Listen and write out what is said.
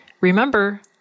remember